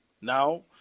Now